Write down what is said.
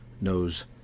knows